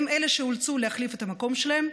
הן אלה שאולצו להחליף את המקום שלהן,